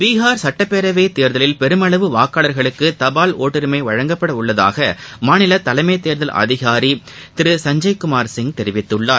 பீஹார் சட்டப்பேரவை தேர்தலில் பெருமளவு வாக்காளர்களுக்கு தபால் ஒட்டுரிளம வழங்கப்பட உள்ளதாக மாநில தலைமை தேர்தல் அதிகாரி திரு சஞ்சய் குமார் சிங் தெரிவித்துள்ளார்